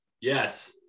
Yes